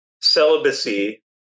celibacy